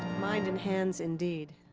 mind and hands indeed.